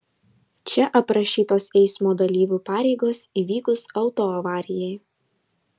čia aprašytos eismo dalyvių pareigos įvykus autoavarijai